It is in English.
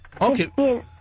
Okay